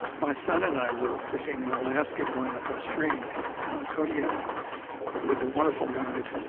my son and i were fishing in alaska going up a stream on kodiak with a wonderful guide,